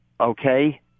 okay